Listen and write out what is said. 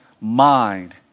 mind